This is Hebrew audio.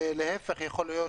ואולי אפילו להפך,